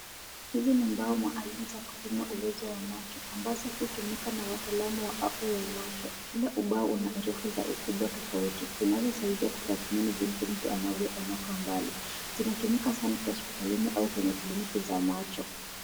Hizi ni mbao maalum za kupima uwezo wa macho ambazo hutumika na wataalamu wa afya ya macho. Kila ubao una herufi za ukubwa tofauti zinazosaidia kutathmini jinsi mtu anavyoona kwa umbali. Zinatumika sana hospitalini au kwenye kliniki za macho.